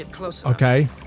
Okay